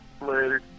Later